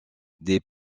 des